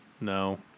No